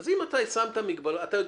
אם הם יודעים מלכתחילה הם הרי יודעים